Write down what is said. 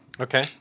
okay